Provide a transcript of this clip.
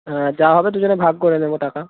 হ্যাঁ যা হবে দুজনে ভাগ করে নেব টাকা